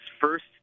first